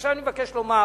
עכשיו אני מבקש לומר